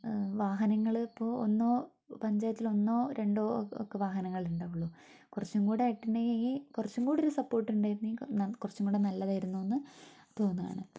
വാഹനങ്ങളിപ്പോൾ ഒന്നോ പഞ്ചായത്തില് ഒന്നോ രണ്ടോ ഒക്കെ വാഹനങ്ങൾ ഉണ്ടാവുള്ളു കുറച്ചുംകൂടി ആയിട്ടുണ്ടെങ്കിൽ കുറച്ചുംകൂടി ഒരു സപ്പോർട്ട് ഉണ്ടായിരുന്നെങ്കിൽ കുറച്ചുംകൂടി നല്ലതായിരുന്നുവെന്ന് തോന്നുകയാണ്